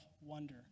wonder